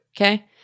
okay